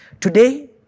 Today